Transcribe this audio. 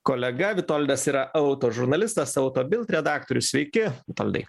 kolega vitoldas yra auto žurnalistas autobilt redaktorius sveiki vitoldai